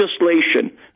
legislation